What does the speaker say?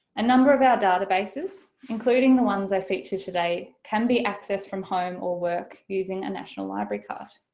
a number of our databases including the ones i featured today can be accessed from home or work using a national library card.